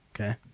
okay